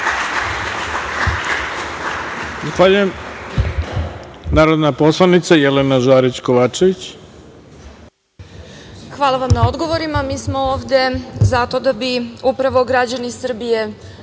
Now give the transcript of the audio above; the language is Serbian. Hvala vam na odgovorima. Mi smo ovde zato da bi upravo građani Srbije